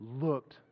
looked